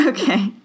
Okay